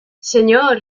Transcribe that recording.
señor